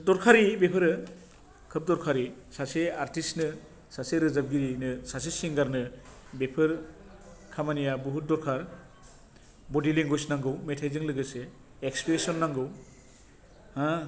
दरखारि बेफोरो खोब दरखारि सासे आरटिसनो सासे रोजाबगिरिनो सासे सिंगारनो बेफोर खामानिया बहुद दरखार बदि लेंगुइस नांगौ मेथाइजों लोगोसे एक्सप्रेसन नांगौ हो